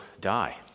die